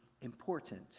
important